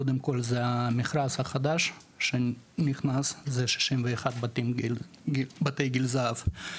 קודם כל זה המכרז החדש שנכנס זה 61 בתי גיל זהב,